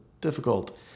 difficult